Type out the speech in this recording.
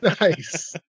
Nice